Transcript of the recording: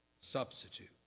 substitute